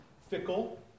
fickle